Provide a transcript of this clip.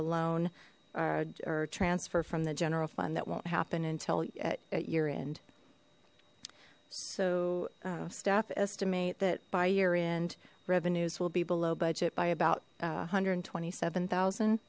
loan or transfer from the general fund that won't happen until at year end so staff estimate that by year end revenues will be below budget by about one hundred and twenty seven thousand